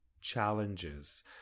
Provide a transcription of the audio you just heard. challenges